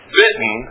bitten